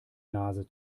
nase